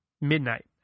midnight